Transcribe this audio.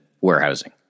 warehousing